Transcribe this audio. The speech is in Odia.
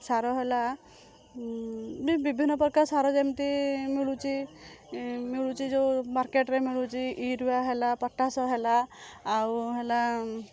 ସାର ହେଲା ବିଭିନ୍ନ ପ୍ରକାର ସାର ଯେମିତି ମିଳୁଛି ମିଳୁଛି ଯୋଉ ମାର୍କେଟ୍ରେ ମିଳୁଛି ୟୁରିଆ ହେଲା ପଟାସ ହେଲା ଆଉ ହେଲା